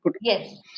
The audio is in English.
Yes